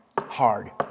Hard